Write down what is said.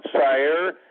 Sire